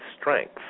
strength